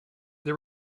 they